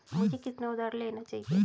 मुझे कितना उधार लेना चाहिए?